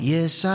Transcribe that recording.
Yes